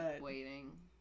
waiting